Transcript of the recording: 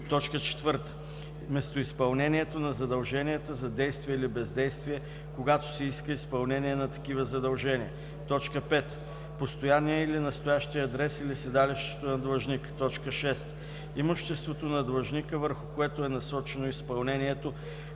увреждане; 4. местоизпълнението на задълженията за действие или бездействие, когато се иска изпълнение на такива задължения; 5. постоянният или настоящият адрес или седалището на длъжника; 6. имуществото на длъжника, върху което е насочено изпълнението,